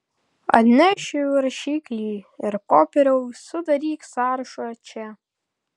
atnešiu rašiklį ir popieriaus sudaryk sąrašą čia